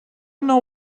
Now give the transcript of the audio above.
know